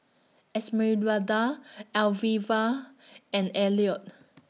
Esmeralda Alvia and Elliot